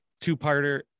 two-parter